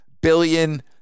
billion